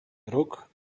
rok